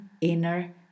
inner